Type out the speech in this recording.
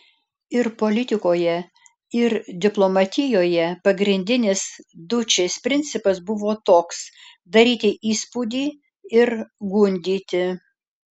ir politikoje ir diplomatijoje pagrindinis dučės principas buvo toks daryti įspūdį ir gundyti